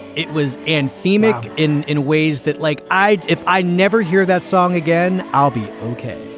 it was an theming in in ways that like i if i never hear that song again, i'll be.